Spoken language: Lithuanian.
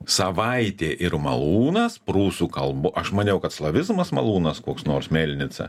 savaitė ir malūnas prūsų kalbu aš maniau kad slavizmas malūnas koks nors melnica